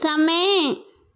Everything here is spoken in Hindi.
समय